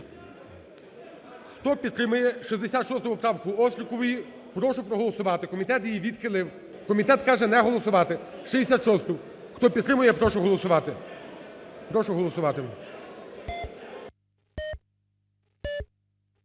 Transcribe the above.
Хто підтримує 66 поправку Острікової, прошу проголосувати. Комітет її відхилив. Комітет каже: не голосувати, 66-у. Хто підтримує, прошу голосувати. Прошу голосувати.